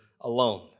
alone